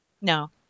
no